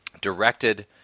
directed